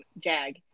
JAG